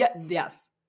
yes